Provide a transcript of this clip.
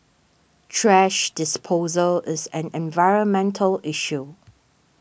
thrash disposal is an environmental issue